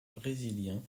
brésiliens